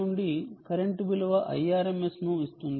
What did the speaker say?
నుండి కరెంటు విలువ Irms ను ఇస్తుంది